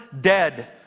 dead